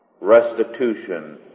restitution